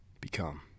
become